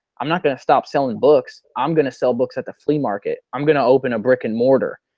i'm not going to stop selling books. i'm going to sell books at the flea market. i'm going to open a brick and mortar.